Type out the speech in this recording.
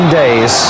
days